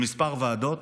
בכמה ועדות.